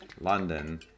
London